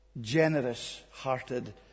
generous-hearted